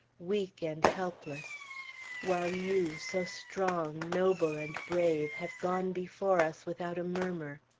weak and helpless while you, so strong, noble, and brave, have gone before us without a murmur.